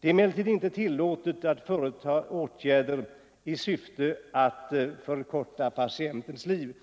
Det är emellertid icke tillåtet att företa åtgärder i syfte att förkorta patientens liv.”